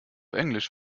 englisch